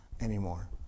anymore